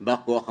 בא כוח המכון'.